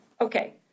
Okay